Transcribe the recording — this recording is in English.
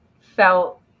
felt